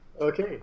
Okay